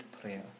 prayer